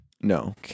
No